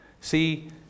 See